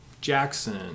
Jackson